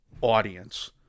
audience